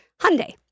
Hyundai